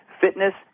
fitness